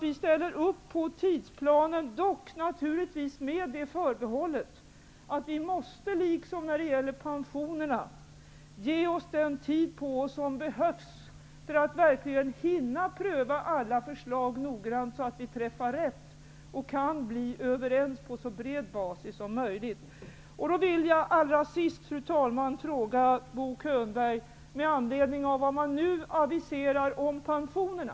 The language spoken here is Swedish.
Vi ställer upp på tidsplanen, dock naturligtvis med förbehållet att vi, liksom när det gäller pensionerna, måste ge oss den tid som behövs för att verkligen hinna pröva alla förslag noggrant, så att vi träffar rätt och kan bli överens på så bred bas som möjligt. Jag vill slutligen, fru talman, vända mig till Bo Könberg med anledning av det som regeringen nu aviserar om pensionerna.